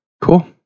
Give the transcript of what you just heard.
Cool